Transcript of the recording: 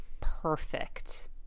perfect